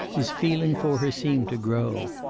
his feeling for her seemed to grow.